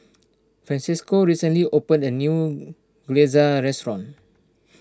Francesco recently opened a new Gyoza restaurant